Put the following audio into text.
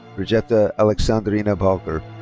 brigitta aleksandrina pakler.